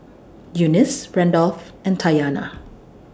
Eunice Randolf and Tatyana